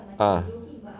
ah